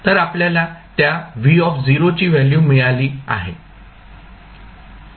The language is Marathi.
तर आपल्याला त्या ची व्हॅल्यू मिळाली आहे